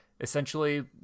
essentially